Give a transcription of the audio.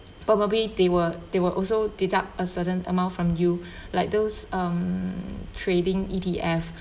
probably they will they will also deduct a certain amount from you like those um trading E_T_F